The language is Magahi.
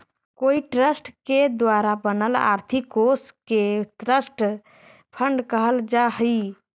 कोई ट्रस्ट के द्वारा बनल आर्थिक कोश के ट्रस्ट फंड कहल जा हई